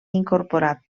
incorporat